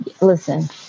listen